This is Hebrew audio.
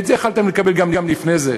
את זה יכולתם לקבל גם לפני זה.